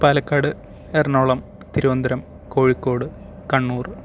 Palakkad Ernakulam Thiruvananthapuram Kozhikode Kannur